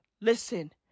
Listen